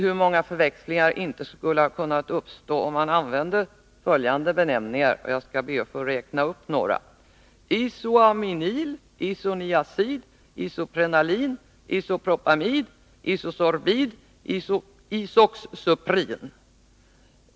Hur många förväxlingar hade inte kunnat uppstå om man använt följande benämningar: isoaminil, isoniazid, isoprenalin, isopropamid, isosorbid och isoxsuprin.